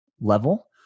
level